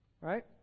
right